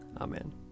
Amen